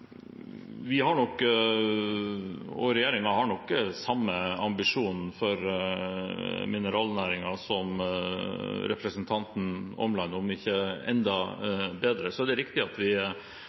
Vi har nok – og regjeringen har nok – samme ambisjon for mineralnæringen som representanten Omland, om ikke enda bedre. Det er riktig at vi